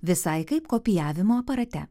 visai kaip kopijavimo aparate